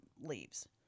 leaves